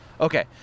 Okay